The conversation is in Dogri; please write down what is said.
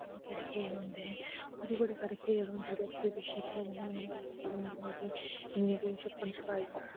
केह्ड़े खेल होंदे हे होर बी बड़े हारे खेल होंदे अग्गैं पिच्छें खेलने होन्ने अस जियां कि शप्पन शपाई